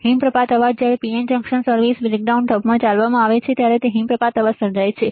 હિમપ્રપાત અવાજ જ્યારે PN junction reverse breakdown ઢબમાં ચલાવવામાં આવે ત્યારે હિમપ્રપાતનો અવાજ સર્જાય છે